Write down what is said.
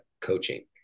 coaching